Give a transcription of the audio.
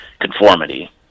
conformity